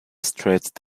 stretched